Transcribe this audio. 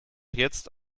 jetzt